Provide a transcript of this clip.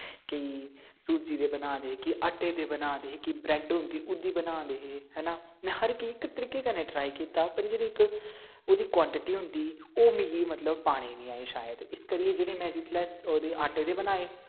केई सूजी दे बना दे केंई आटे दे बना दे केंई ब्रैड होंदी ओह्दी बना दे हे में हर इक तरीके कन्नै ट्राई कीता पर इक जेह्ड़ी ओह्दा कोआंटटी होंदी ओह् मिगी पाने नी आई शायद इस करी जिसलै में आटे दे बनाए